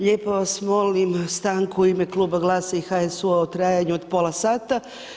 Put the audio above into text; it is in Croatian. Lijepo vas molim stanku u ime kluba GLAS-a i HSU-a u trajanju od pola sata.